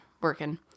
working